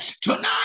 tonight